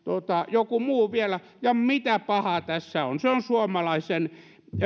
joku muu vielä mitä pahaa tässä on se on suomalaisen